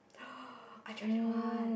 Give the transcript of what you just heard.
I tried that one